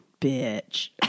Bitch